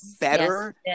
Better